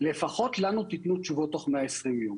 לפחות לנו תתנו תשובות תוך 120 יום.